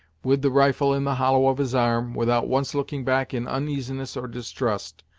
with the rifle in the hollow of his arm, without once looking back in uneasiness or distrust,